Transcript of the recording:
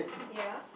ya